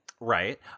Right